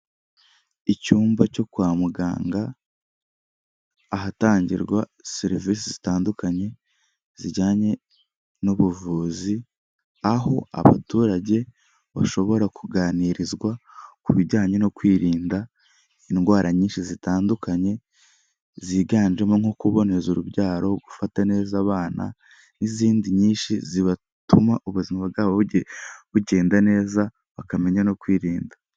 Icyumba cyo kwa muganga ahatangirwa serivise zitandukanye zijyanye n'ubuvuzi, aho abaturage bashobora kuganirizwa ku bijyanye no kwirinda indwara nyinshi zitandukanye ziganjemo nko kuboneza urubyaro, gufata neza abana n'izindi nyinshi zituma ubuzima bwabo bugenda neza bakamenya no kwirinda.